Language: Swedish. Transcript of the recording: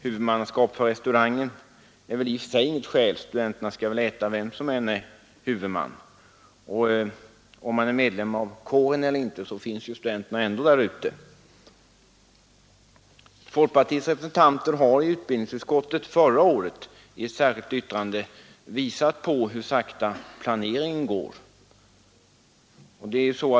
Huvudmannaskapet för restaurangen är väl i och för sig inget skäl — studenterna skall väl äta vem som än är huvudman för restaurangen, och studenterna finns ändå där ute, vare sig de är medlemmar av kåren eller inte. Folkpartiets representanter har i utbildningsutskottet förra året i ett särskilt yttrande visat på hur sakta planeringen går.